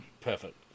Perfect